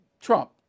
Trump